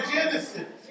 Genesis